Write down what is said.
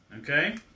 Okay